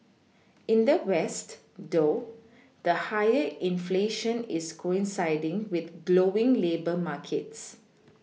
in the west though the higher inflation is coinciding with glowing labour markets